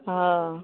हँ